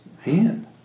hand